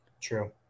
True